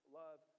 love